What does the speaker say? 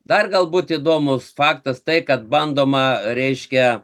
dar galbūt įdomus faktas tai kad bandoma reiškia